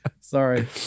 Sorry